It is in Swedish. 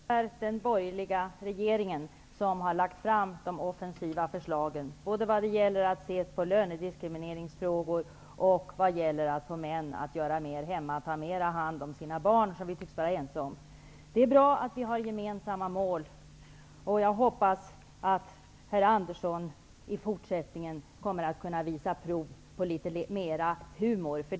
Herr talman! Det är den borgerliga regeringen som har lagt fram de offensiva förslagen, både vad gäller att se till lönediskrimineringsfrågan och vad gäller att få män att göra mer hemma och ta hand om sina barn i större utsträckning. Det tycks vi vara ense om att de skall göra. Det är bra att vi har gemensamma mål. Jag hoppas att herr Andersson i fortsättningen kommer att visa prov på litet mera humor.